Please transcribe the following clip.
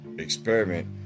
experiment